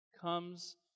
comes